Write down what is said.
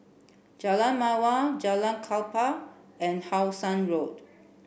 Jalan Mawar Jalan Klapa and How Sun Road